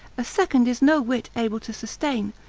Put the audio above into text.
a second is no whit able to sustain,